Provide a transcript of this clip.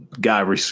guy